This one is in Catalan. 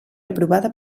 aprovada